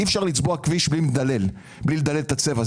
אי אפשר לצבוע כביש בלי לדלל את הצבע,